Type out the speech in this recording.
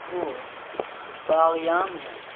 وہ باغیان ہیں